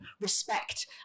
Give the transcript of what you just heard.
respect